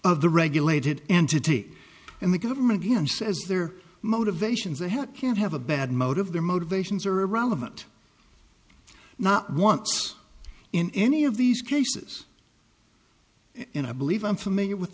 of the regulated entity and the government again says their motivations they had can't have a bad motive their motivations are irrelevant not once in any of these cases in i believe i'm familiar with